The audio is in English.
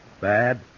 Bad